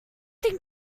think